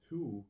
Two